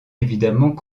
évidemment